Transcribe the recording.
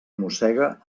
mossega